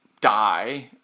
die